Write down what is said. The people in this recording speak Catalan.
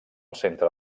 centre